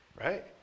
right